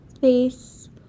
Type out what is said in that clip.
face